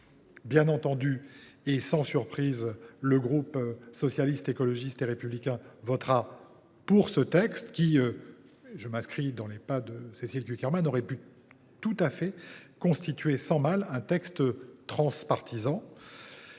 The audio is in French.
Bien entendu, et sans surprise, le groupe Socialiste, Écologiste et Républicain votera pour ce texte, qui – je m’inscris dans les pas de Cécile Cukierman – aurait pu être sans problème un texte transpartisan.